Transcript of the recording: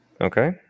Okay